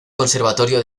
conservatorio